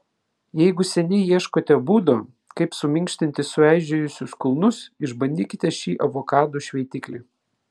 jeigu seniai ieškote būdo kaip suminkštinti sueižėjusius kulnus išbandykite šį avokadų šveitiklį